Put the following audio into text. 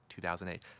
2008